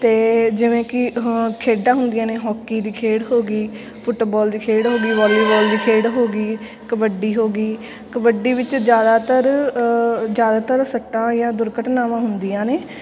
ਅਤੇ ਜਿਵੇਂ ਕਿ ਖੇਡਾਂ ਹੁੰਦੀਆਂ ਨੇ ਹੋਕੀ ਦੀ ਖੇਡ ਹੋ ਗਈ ਫੁੱਟਬਾਲ ਦੀ ਖੇਡ ਹੋ ਗਈ ਵਾਲੀਬਾਲ ਦੀ ਖੇਡ ਹੋ ਗਈ ਕਬੱਡੀ ਹੋ ਗਈ ਕਬੱਡੀ ਵਿੱਚ ਜ਼ਿਆਦਾਤਰ ਜ਼ਿਆਦਾਤਰ ਸੱਟਾਂ ਜਾਂ ਦੁਰਘਟਨਾਵਾਂ ਹੁੰਦੀਆਂ ਨੇ